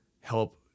help